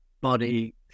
body